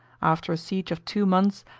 after a siege of two months,